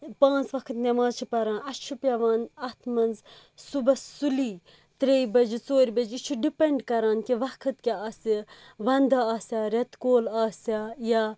پانٛژھ وقت نٮ۪ماز چھِ پران اَسہِ چھُ پیٚوان اَتھ منٛز صُبحس سُلِی ترٛیہِ بَجہِ ژورِ بَجہِ یہِ چھُ ڈِپیٚنٛڈ کران کہِ وَقت کِیٛاہ آسہِ وَنٛدٕ آسِیا ریٚتہٕ کول آسِیا یا